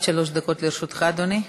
עד שלוש דקות לרשותך, אדוני.